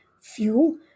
fuel